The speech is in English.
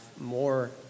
more